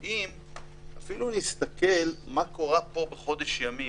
אם נסתכל מה קרה פה בחודש ימים,